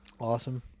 Awesome